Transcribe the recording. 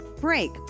break